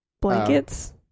Blankets